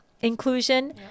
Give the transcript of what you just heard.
inclusion